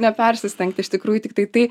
nepersistengt iš tikrųjų tiktai tai